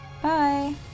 Bye